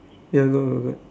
ya got got got